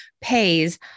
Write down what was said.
pays